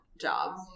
job